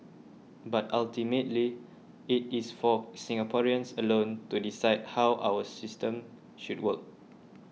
but ultimately it is for Singaporeans alone to decide how our system should work